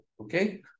Okay